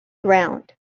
ground